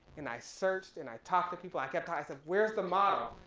and i searched and i talked to people, i kept i said, where's the model,